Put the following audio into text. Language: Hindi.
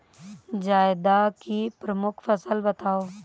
जायद की प्रमुख फसल बताओ